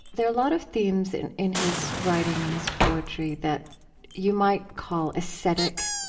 there are a lot of themes in in his writing, in his poetry, that you might call ascetic.